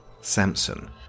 Samson